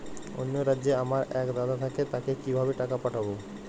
অন্য রাজ্যে আমার এক দাদা থাকে তাকে কিভাবে টাকা পাঠাবো?